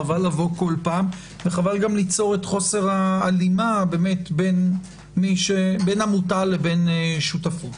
חבל לבוא כל פעם וחבר גם ליצור את חוסר ההלימה בין המוטל לבין שותפות.